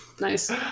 Nice